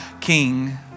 king